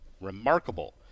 Remarkable